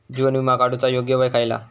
जीवन विमा काडूचा योग्य वय खयला?